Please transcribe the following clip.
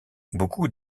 beaucoup